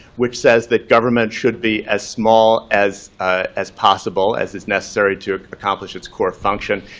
which says that governments should be as small as as possible as is necessary to accomplish its core function,